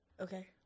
Okay